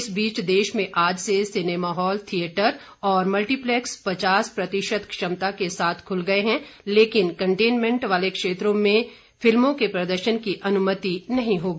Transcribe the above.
इस बीच देश में आज से सिनेमाहॉल थियेटर और मल्टीप्लेक्स पचास प्रतिशत क्षमता के साथ खुल गए हैं लेकिन कंटेनमेंट वाले क्षेत्रों में इनमें फिल्मों के प्रदर्शन की अनुमति नहीं होगी